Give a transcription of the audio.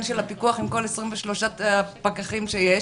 של הפיקוח מכל העשרים ושלושה פקחים שיש.